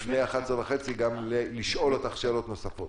לפני השעה 11:30, לשאול אותך שאלות נוספות.